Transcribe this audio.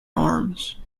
arms